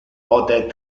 pote